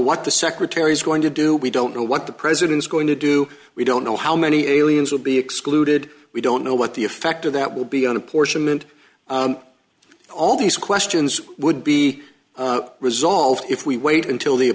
what the secretary's going to do we don't know what the president's going to do we don't know how many aliens will be excluded we don't know what the effect of that will be on apportionment all these questions would be resolved if we wait until the